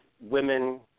women